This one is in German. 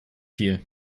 viel